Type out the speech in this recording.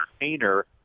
entertainer